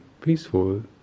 peaceful